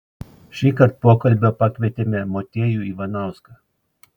šįkart pokalbio pakvietėme motiejų ivanauską